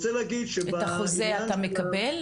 את החוזה אתה מקבל?